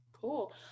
Cool